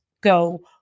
go